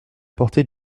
portée